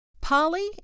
Polly